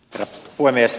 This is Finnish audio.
herra puhemies